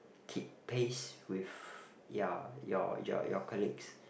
keep pace with ya your your your colleagues